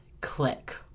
click